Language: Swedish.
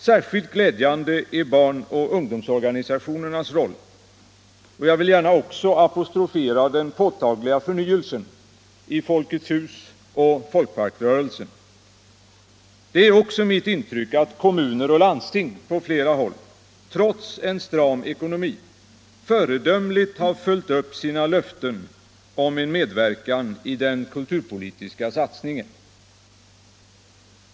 Särskilt glädjande är barnoch ungdomsorganisationernas roll, och jag vill gärna också apostrofera den påtagliga förnyelsen i Folkets Husoch Folkparkrörelsernas arbete. Det är också mitt intryck att kommuner och landsting på flera håll, trots stram ekonomi, föredömligt följt upp sina löften om en medverkan i den kulturpolitiska satsningen.